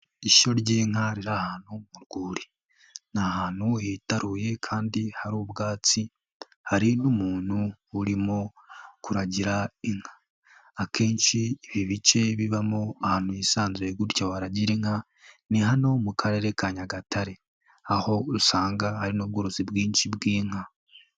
Ishyo ry'inka riri ahantu mu rwuri. Ni ahantu hitaruye kandi hari ubwatsi, hari n'umuntu urimo kuragira inka. Akenshi ibi bice bibamo ahantu hisanzuye gutya waragira inka, ni hano mu karere ka Nyagatare, aho usanga ari n'ubworozi bwinshi bw'inka.